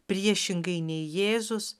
priešingai nei jėzus